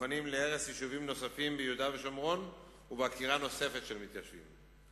להרס יישובים נוספים ביהודה ושומרון ולעקירה נוספת של מתיישבים.